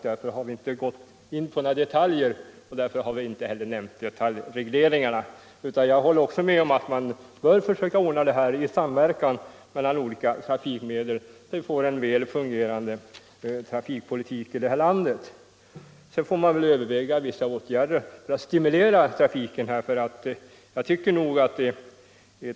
Därför har vi inte nämnt om några detaljregleringar. Jag håller med om att man bör lösa dessa problem i samverkan mellan olika trafikmedel för att få en välfungerande trafikpolitik i detta land. Sedan får man överväga vissa åtgärder för att stimulera trafiken.